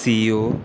सियो